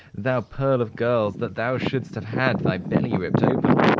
thou pearl of girls! that thou should'st have had thy belly ripped open!